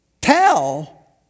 tell